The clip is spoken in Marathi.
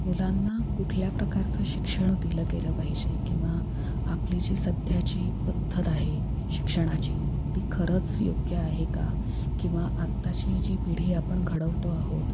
मुलांना कुठल्या प्रकारचं शिक्षण दिलं गेलं पाहिजे किंवा आपली जी सध्याची पद्धत आहे शिक्षणाची ती खरंच योग्य आहे का किंवा आत्ताची जी पिढी आपण घडवतो आहोत